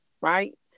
right